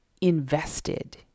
invested